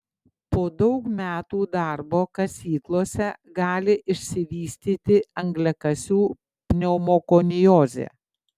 po daug metų darbo kasyklose gali išsivystyti angliakasių pneumokoniozė